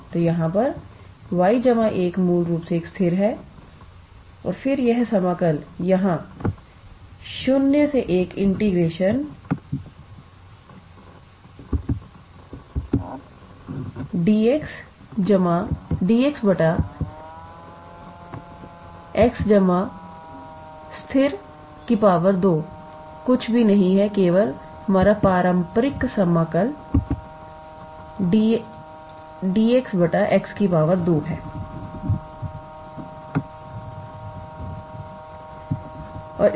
तो यहाँ यह 𝑦 1 मूल रूप से एक स्थिर है और फिर यह समाकल यहाँ 01dx𝑥स्थिर 2 कुछ भी नहीं है केवल हमारा पारंपरिक समाकल ∫ dx𝑥 2है